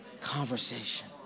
conversation